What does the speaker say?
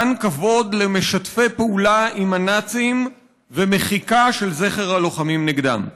מתן כבוד למשתפי פעולה עם הנאצים ומחיקה של זכר הלוחמים נגדם.